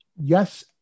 Yes